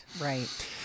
right